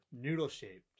noodle-shaped